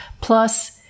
Plus